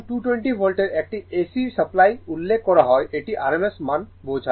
যখন 220 ভোল্টের একটি AC সাপ্লাই উল্লেখ করা হয় এটি RMS মান বোঝায়